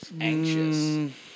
anxious